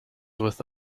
with